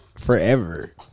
forever